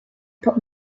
put